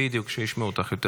כדי שישמעו אותך יותר,